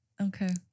Okay